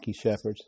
shepherds